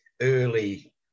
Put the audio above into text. early